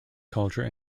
culture